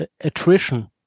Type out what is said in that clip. attrition